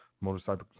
Motorcycle